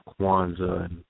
Kwanzaa